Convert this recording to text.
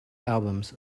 albums